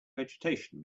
vegetation